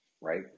right